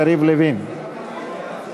אין מתנגדים,